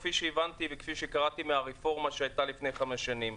כפי שהבנתי וכפי שקראתי בעניין הרפורמה שהייתה לפני חמש שנים,